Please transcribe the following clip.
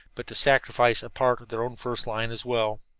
but to sacrifice a part of their own first line as well.